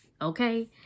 Okay